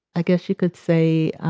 i guess you could say,